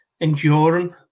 enduring